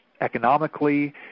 economically